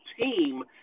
team